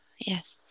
Yes